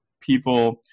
people